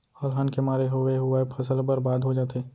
अलहन के मारे होवे हुवाए फसल ह बरबाद हो जाथे